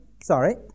sorry